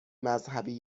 مذهبی